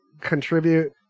contribute